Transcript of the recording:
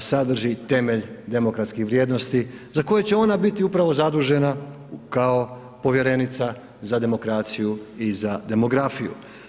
sadrži temelj demokratskih vrijednosti za koje će ona biti upravo zadužena kao povjerenica za demokraciju i za demografiju.